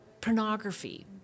pornography